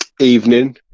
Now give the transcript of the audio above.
Evening